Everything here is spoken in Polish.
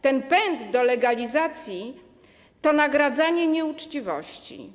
Ten pęd do legalizacji to nagradzanie nieuczciwości.